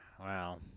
Wow